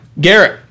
Garrett